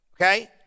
Okay